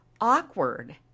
awkward